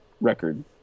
record